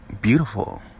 beautiful